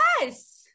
yes